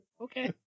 okay